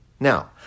Now